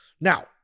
Now